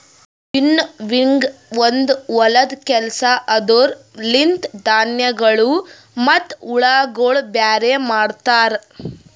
winnowing ಒಂದು ಹೊಲದ ಕೆಲಸ ಅದುರ ಲಿಂತ ಧಾನ್ಯಗಳು ಮತ್ತ ಹುಳಗೊಳ ಬ್ಯಾರೆ ಮಾಡ್ತರ